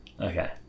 Okay